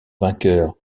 vainqueur